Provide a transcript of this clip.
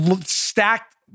stacked